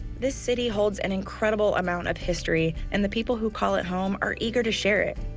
this city holds an incredible amount of history and the people who call it home are eager to share it.